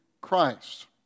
Christ